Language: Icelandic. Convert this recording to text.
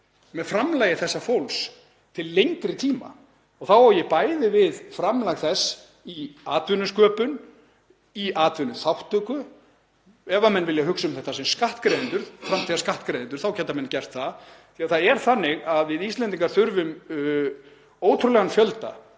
með framlagi þessa fólks til lengri tíma. Þá á ég bæði við framlag þess í atvinnusköpun og í atvinnuþátttöku. Ef menn vilja hugsa um þetta fólk sem skattgreiðendur, framtíðarskattgreiðendur, þá geta menn gert það því að það er þannig að við Íslendingar þurfum ótrúlegan fjölda